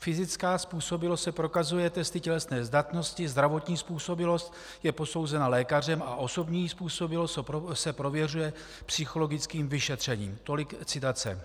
Fyzická způsobilost se prokazuje testy tělesné zdatnosti, zdravotní způsobilost je posouzena lékařem a osobní způsobilost se prověřuje psychologickým vyšetřením. Tolik citace.